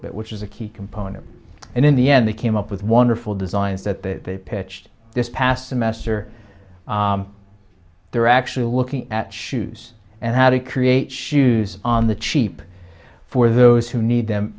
bit which is a key component and in the end they came up with wonderful designs that they pitched this past semester they're actually looking at shoes and how to create shoes on the cheap for those who need them